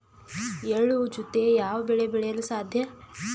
ಎಳ್ಳು ಜೂತೆ ಯಾವ ಬೆಳೆ ಬೆಳೆಯಲು ಸಾಧ್ಯ?